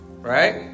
Right